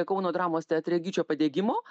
kauno dramos teatre gyčio padegimo